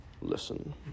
listen